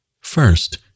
First